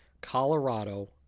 Colorado